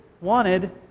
wanted